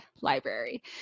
library